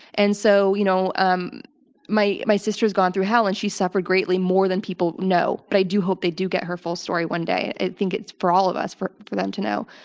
and so, you know, um my my sister has gone through hell, and she suffered greatly more than people know. but i do hope they do get her full story one day. i think it's for all of us for for them to know.